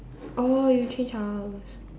oh you change house